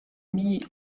nie